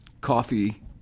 coffee